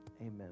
Amen